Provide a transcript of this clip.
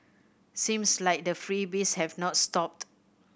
seems like the freebies have not stopped